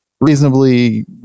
reasonably